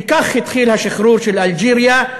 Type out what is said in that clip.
וכך התחיל השחרור של אלג'יריה,